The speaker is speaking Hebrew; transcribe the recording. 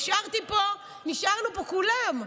ונשארנו פה כולם,